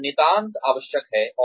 यह नितांत आवश्यक है